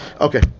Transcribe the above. Okay